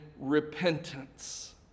repentance